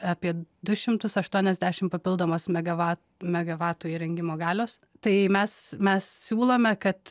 apie du šimtus aštuoniasdešim papildomas megava megavatų įrengimo galios tai mes mes siūlome kad